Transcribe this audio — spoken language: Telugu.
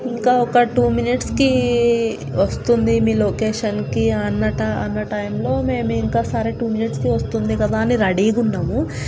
ఇంకా ఒక టూ మినిట్స్కి వస్తుంది మీ లొకేషన్కి అన్న అన్న టైంలో మేము ఇంకా సరే టూ మినిట్స్కి వస్తుంది కదా అని రెడీగా ఉన్నాము